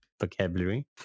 vocabulary